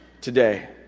today